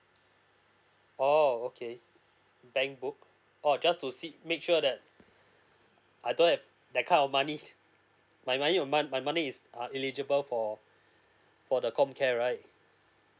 oo okay bank book oh just to see make sure that I don't have that kind of money my money my my money is eligible for for the comcare right